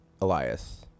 Elias